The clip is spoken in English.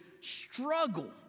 struggle